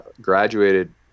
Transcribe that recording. graduated